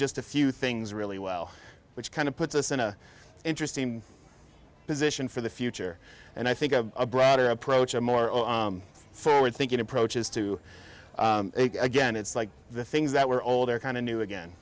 just a few things really well which kind of puts us in a interesting position for the future and i think a broader approach a more forward thinking approach is to again it's like the things that were old are kind of new again